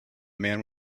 man